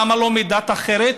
למה לא מדת אחרת?